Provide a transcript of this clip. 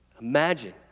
Imagine